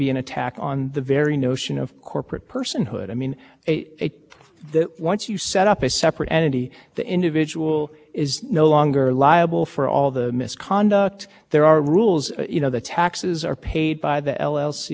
under inclusiveness that's a little concerning which is that you know in one form of quid pro quo you give of and then you get your contract and that's not covered right because you're only covered if